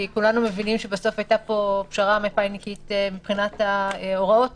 כי כולנו מבינים שבסוף היתה פה פשרה מפא"יניקית מבחינת ההוראות.